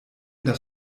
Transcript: das